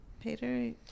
Peter